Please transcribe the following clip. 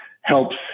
helps